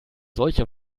solche